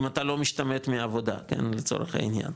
אם אתה לא משתמט מעבודה, כן, לצורך העניין,